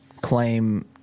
claim